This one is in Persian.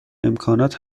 امکانات